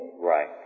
Right